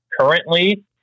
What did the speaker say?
currently